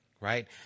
right